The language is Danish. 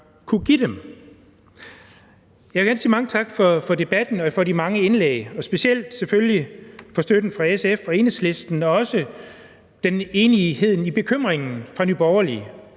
kunne give dem. Jeg vil gerne sige mange tak for debatten og for de mange indlæg – specielt selvfølgelig for støtten fra SF og Enhedslisten og også for enigheden med hensyn til bekymringen fra Nye Borgerlige,